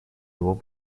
его